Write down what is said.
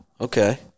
Okay